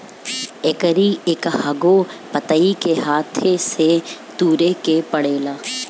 एकरी एकहगो पतइ के हाथे से तुरे के पड़ेला